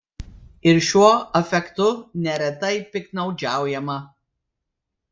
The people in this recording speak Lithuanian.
ir šiuo afektu neretai piktnaudžiaujama